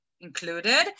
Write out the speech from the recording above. included